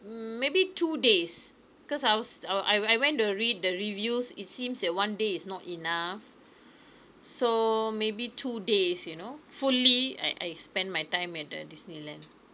mm maybe two days cause I was I I I went to read the reviews it seems that one day is not enough so maybe two days you know fully I I spend my time at the disneyland